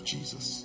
Jesus